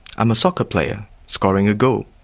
i'm a soccer player scoring a goal,